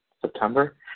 September